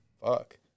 fuck